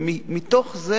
מתוך זה